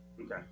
Okay